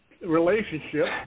relationship